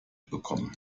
bekommen